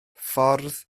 ffordd